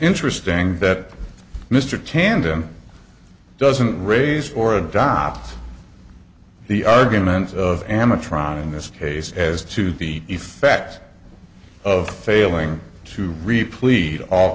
interesting that mr tandem doesn't raise or adopt the arguments of am a trial in this case as to the effect of failing to replete all